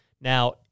Now